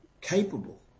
capable